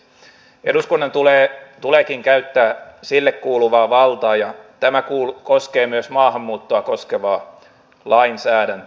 eduskunnan tuleekin käyttää sille kuuluvaa valtaa ja tämä koskee myös maahanmuuttoa koskevaa lainsäädäntöä